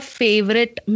favorite